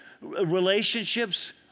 relationships